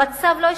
והמצב לא השתנה.